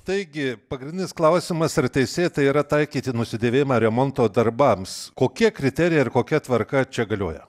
taigi pagrindinis klausimas ar teisėta yra taikyti nusidėvėjimą remonto darbams kokie kriterijai ir kokia tvarka čia galioja